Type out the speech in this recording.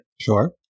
Sure